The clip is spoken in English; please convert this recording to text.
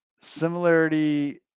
similarity